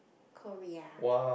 Korea